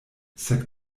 sed